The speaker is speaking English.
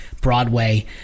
Broadway